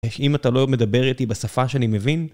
איך אם אתה לא מדבר איתי בשפה שאני מבין?